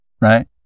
right